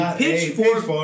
pitchfork